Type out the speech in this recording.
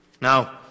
Now